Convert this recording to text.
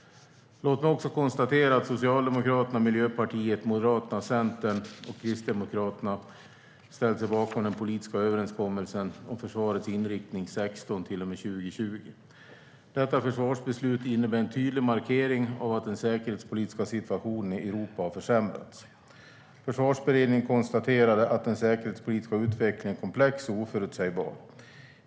Låt mig också konstatera att Socialdemokraterna, Miljöpartiet, Moderaterna, Centerpartiet och Kristdemokraterna ställt sig bakom den politiska överenskommelsen om försvarets inriktning från 2016 till och med 2020. Detta försvarsbeslut innebär en tydlig markering av att den säkerhetspolitiska situationen i Europa har försämrats. Försvarsberedningen konstaterade att den säkerhetspolitiska utvecklingen är komplex och oförutsägbar.